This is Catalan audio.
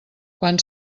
quan